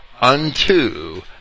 unto